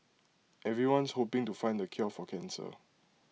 everyone's hoping to find the cure for cancer